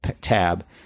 tab